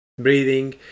Breathing